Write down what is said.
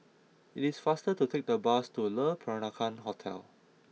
it is faster to take the bus to Le Peranakan Hotel